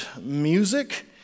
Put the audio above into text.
music